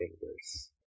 fingers